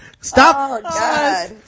stop